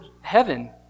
heaven